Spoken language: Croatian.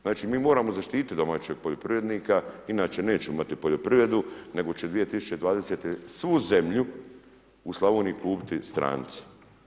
Znači mi moramo zaštititi domaćeg poljoprivrednika inače nećemo imati poljoprivredu nego će 2020. svu zemlju u Slavoniji kupiti stranci.